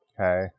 okay